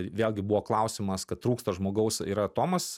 vėlgi buvo klausimas kad trūksta žmogaus yra tomas